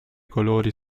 colori